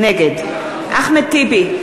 בעד אחמד טיבי,